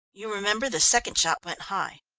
you remember the second shot went high.